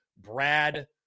Brad